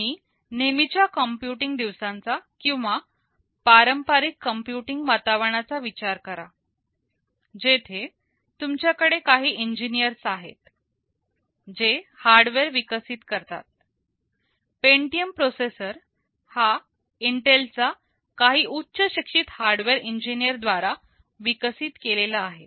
तुम्ही नेहमीच्या कम्प्युटिंग दिवसांचा किंवा पारंपारिक कम्प्युटिंग वातावरणाचा विचार करा जेथे तुमच्याकडे काही इंजीनियर्स आहेत जे हार्डवेअर विकसित करतात पेंटियम प्रोसेसर हा इंटेलचा काही उच्चशिक्षित हार्डवेअर इंजिनियर द्वारा विकसित केलेला आहे